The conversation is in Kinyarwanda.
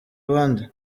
abandi